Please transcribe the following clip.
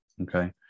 Okay